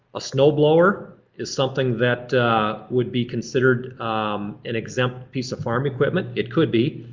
a snowblower is something that would be considered an exempt piece of farm equipment. it could be.